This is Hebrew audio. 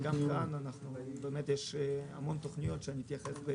וגם כאן יש המון תכניות שאני אתייחס אליהן